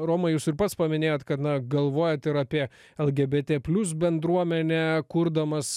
romai jūs ir pats paminėjot kad na galvojat ir apie lgbt plius bendruomenę kurdamas